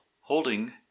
holding